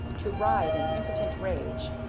to writhe in impotent rage,